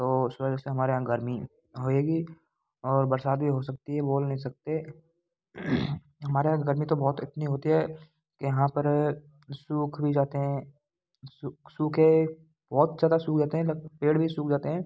तो उस वजह से हमारे यहाँ गर्मी होएगी और बरसात भी हो सकती है बोल नहीं सकते हमारे यहाँ की गर्मी तो बहुत इतनी होती है कि यहाँ पर सूख भी जाते हैं सूखे बहुत ज़्यादा सूख जाते हैं लगभग पेड़ भी सूख जाते हैं